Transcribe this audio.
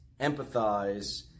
empathize